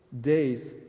days